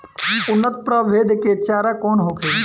उन्नत प्रभेद के चारा कौन होखे?